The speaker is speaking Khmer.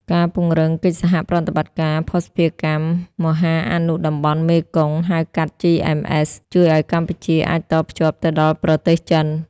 ការពង្រឹងកិច្ចសហប្រតិបត្តិការ "ភស្តុភារកម្មមហាអនុតំបន់មេគង្គ" ហៅកាត់ GMS ជួយឱ្យកម្ពុជាអាចតភ្ជាប់ទៅដល់ប្រទេសចិន។